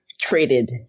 traded